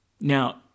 Now